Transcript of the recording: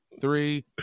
three